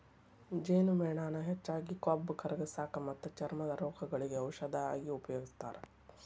ಜೇನುಮೇಣಾನ ಹೆಚ್ಚಾಗಿ ಕೊಬ್ಬ ಕರಗಸಾಕ ಮತ್ತ ಚರ್ಮದ ರೋಗಗಳಿಗೆ ಔಷದ ಆಗಿ ಉಪಯೋಗಸ್ತಾರ